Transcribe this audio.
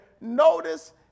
Notice